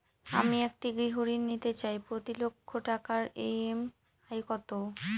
আমি একটি গৃহঋণ নিতে চাই প্রতি লক্ষ টাকার ই.এম.আই কত?